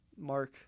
Mark